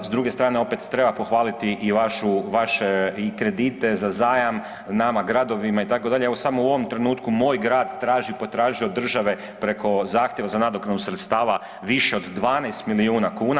S druge strane, opet treba pohvaliti i vaše kredite za zajam nama gradovima, itd., evo samo u ovom trenutku moj grad traži, potražuje od države preko zahtjeva za nadoknadu sredstava više od 12 milijuna kuna.